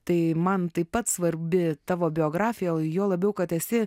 tai man taip pat svarbi tavo biografija juo labiau kad esi